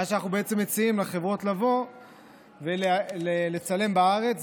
מה שאנחנו בעצם מציעים לחברות הוא לבוא לצלם בארץ.